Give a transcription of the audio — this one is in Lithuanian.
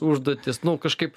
užduotis nu kažkaip